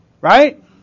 right